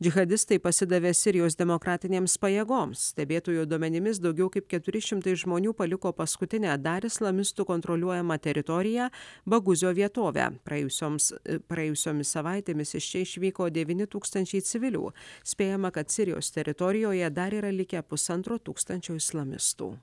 džihadistai pasidavė sirijos demokratinėms pajėgoms stebėtojų duomenimis daugiau kaip keturi šimtai žmonių paliko paskutinę dar islamistų kontroliuojamą teritoriją baguzio vietovę praėjusioms praėjusiomis savaitėmis iš čia išvyko devyni tūkstančiai civilių spėjama kad sirijos teritorijoje dar yra likę pusantro tūkstančio islamistų